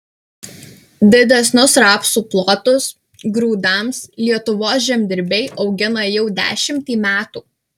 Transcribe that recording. didesnius rapsų plotus grūdams lietuvos žemdirbiai augina jau dešimtį metų